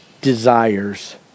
desires